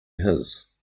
his